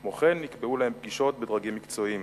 כמו כן נקבעו להם פגישות בדרגים מקצועיים.